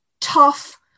tough